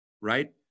right